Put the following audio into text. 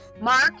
Mark